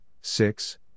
six